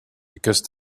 because